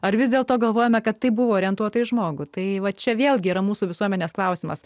ar vis dėlto galvojame kad tai buvo orientuota į žmogų tai va čia vėlgi yra mūsų visuomenės klausimas